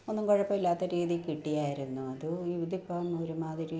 ഒന്നും കുഴപ്പമില്ലാത്ത രീതിയിൽ കിട്ടിയായിരുന്നു അത് ഇതിപ്പോൾ ഒരുമാതിരി